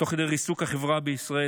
תוך כדי ריסוק החברה בישראל,